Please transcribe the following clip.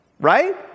Right